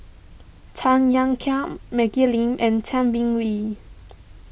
Tan Ean Kiam Maggie Lim and Tay Bin Wee